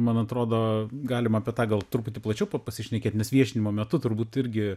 man atrodo galim apie tą gal truputį plačiau pa pasišnekėt nes viešinimo metu turbūt irgi